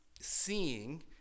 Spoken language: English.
seeing